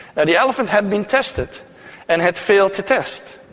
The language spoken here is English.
and the elephant had been tested and had failed to test,